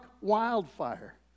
wildfire